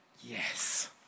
yes